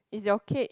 is your cage